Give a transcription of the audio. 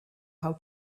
how